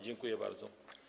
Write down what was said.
Dziękuję bardzo.